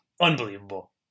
unbelievable